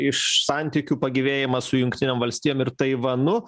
iš santykių pagyvėjimą su jungtinėm valstijom ir taivanu